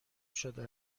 شده